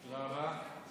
תודה רבה.